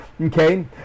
Okay